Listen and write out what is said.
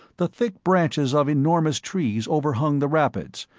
the thick branches of enormous trees overhung the rapids,